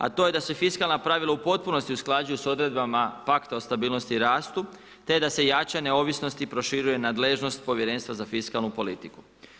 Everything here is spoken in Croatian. A to je da se fiskalna pravila u potpunosti usklađuju sa odredbama pakta o stabilnosti i rastu te da se jača neovisnost i proširuje nadležnost Povjerenstva za fiskalnu politiku.